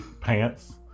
pants